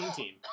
team